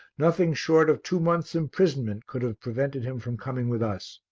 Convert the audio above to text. nothing short of two months' imprisonment could have prevented him from coming with us.